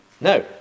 No